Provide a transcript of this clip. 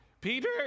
Peter